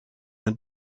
een